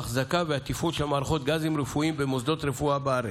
האחזקה והתפעול של מערכות גזים רפואיים במוסדות רפואה בארץ,